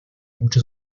muchos